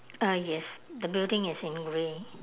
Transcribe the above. uh yes the building is in grey